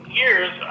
years